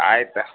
ಆಯ್ತಾ